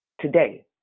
today